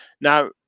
Now